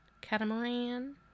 Catamaran